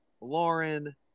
Lauren